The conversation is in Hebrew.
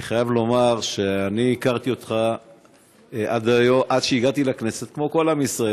אני חייב לומר שאני הכרתי אותך עד שהגעתי לכנסת כמו כל עם ישראל,